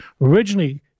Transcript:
originally